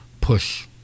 push